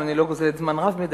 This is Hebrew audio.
אם אני לא גוזלת זמן רב מדי.